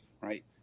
Right